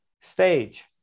stage